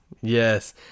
Yes